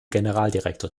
generaldirektor